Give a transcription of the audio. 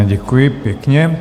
Děkuji pěkně.